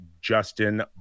Justin